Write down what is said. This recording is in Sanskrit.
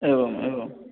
एवम् एवं